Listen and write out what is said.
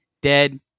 dead